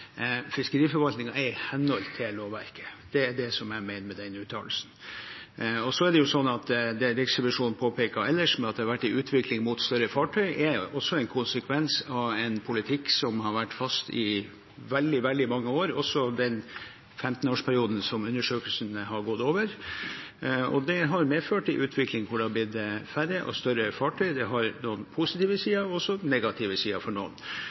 er i henhold til lovverket. Det er det jeg mener med den uttalelsen. Det Riksrevisjonen påpeker ellers, at det har vært en utvikling mot større fartøy, er en konsekvens av en politikk som har vært fast i veldig, veldig mange år, også i den 15-årsperioden som undersøkelsen har strukket seg over. Det har medført en utvikling der det har blitt færre og større fartøy, det har noen positive sider – og også noen negative sider for noen.